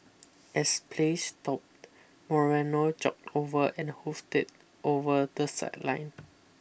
as play stopped Moreno jogged over and hoofed it over the sideline